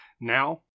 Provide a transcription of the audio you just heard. now